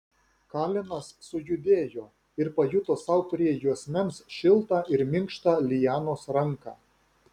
kalenas sujudėjo ir pajuto sau prie juosmens šiltą ir minkštą lianos ranką